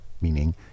meaning